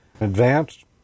advanced